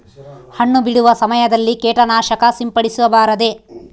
ಹಣ್ಣು ಬಿಡುವ ಸಮಯದಲ್ಲಿ ಕೇಟನಾಶಕ ಸಿಂಪಡಿಸಬಾರದೆ?